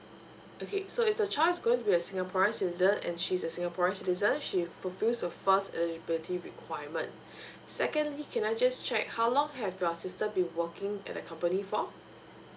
okay so if the child's going to be a singaporean citizen and she's a singaporean citizen she fulfils the first eligibility requirement secondly can I just check how long have your sister been working at the company for